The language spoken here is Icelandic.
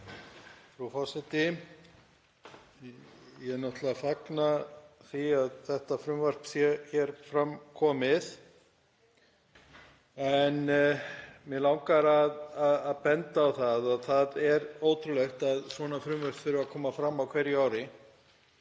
Frú forseti. Ég fagna því náttúrlega að þetta frumvarp sé hér fram komið. En mig langar að benda á það að það er ótrúlegt að svona frumvörp þurfi að koma fram á hverju ári,